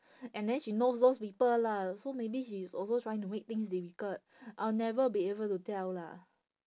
and then she know those people lah so maybe she's also trying to make things difficult I will never be able to tell lah